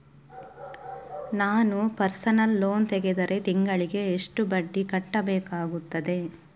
ನಾನು personal loan ತೆಗೆದರೆ ತಿಂಗಳಿಗೆ ಎಷ್ಟು ಬಡ್ಡಿ ಕಟ್ಟಬೇಕಾಗುತ್ತದೆ?